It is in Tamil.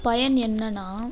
பயன் என்னன்னா